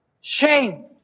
Shame